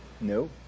No